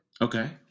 Okay